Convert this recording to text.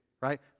right